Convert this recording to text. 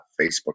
Facebook